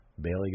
Bailey